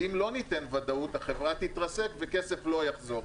כי אם לא ניתן ודאות, החברה תתרסק וכסף לא יחזור.